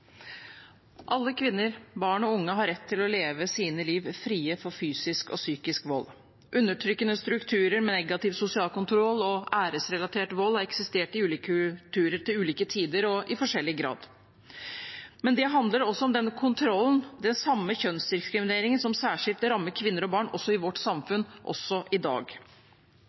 Undertrykkende strukturer med negativ sosial kontroll og æresrelatert vold har eksistert i ulike kulturer til ulike tider og i forskjellig grad. Men det handler også om den kontrollen – den samme kjønnsdiskrimineringen – som særskilt rammer kvinner og barn også i vårt samfunn, også i dag.